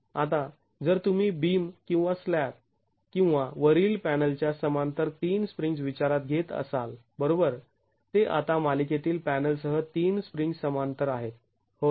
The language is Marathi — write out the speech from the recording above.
आता जर तुम्ही बिम किंवा या स्लॅब किंवा वरील पॅनलच्या समांतर ३ स्प्रिंग्ज् विचारात घेत असाल बरोबर ते आता मालिकेतील पॅनल सह ३ स्प्रिंग्ज् समांतर आहेत होय